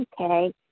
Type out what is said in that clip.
okay